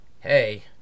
hey